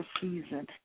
season